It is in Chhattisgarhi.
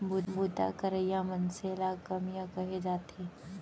बूता करइया मनसे ल कमियां कहे जाथे